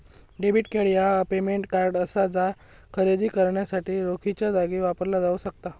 debit card ह्या payment card असा जा खरेदी करण्यासाठी रोखीच्यो जागी वापरला जाऊ शकता